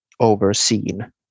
overseen